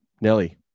Nelly